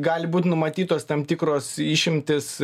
gali būt numatytos tam tikros išimtys